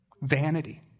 vanity